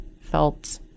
felt